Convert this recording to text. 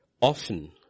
Often